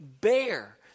bear